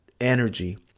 energy